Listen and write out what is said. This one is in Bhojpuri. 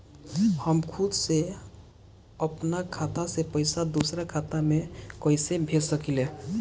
हम खुद से अपना खाता से पइसा दूसरा खाता में कइसे भेज सकी ले?